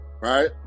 right